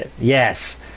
Yes